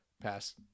pass